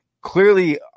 Clearly